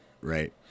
Right